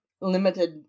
limited